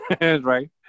right